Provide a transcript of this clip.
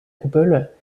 coupole